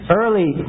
early